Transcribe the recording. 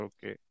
Okay